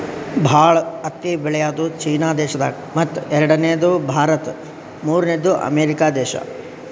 ಭಾಳ್ ಹತ್ತಿ ಬೆಳ್ಯಾದು ಚೀನಾ ದೇಶದಾಗ್ ಮತ್ತ್ ಎರಡನೇದು ಭಾರತ್ ಮೂರ್ನೆದು ಅಮೇರಿಕಾ ದೇಶಾ